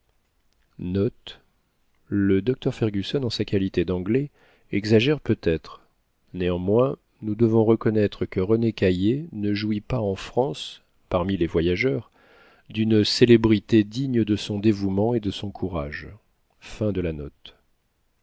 le docteur fergusson en sa qualité d'anglais exagère peut-être néanmoins nous devons reconnaître que rené caillié ne jouit pas en france parmi les voyageurs d'une célébrité digne de son dévouement et de son courage